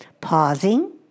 Pausing